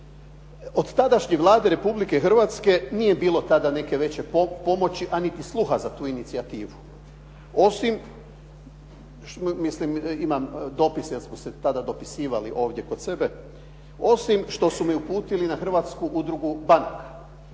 Od tadašnje Vlade Republike Hrvatske nije bilo tada neke veće pomoći a niti sluha za tu inicijativu osim, mislim imam dopis jer smo